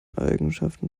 eigenschaften